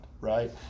Right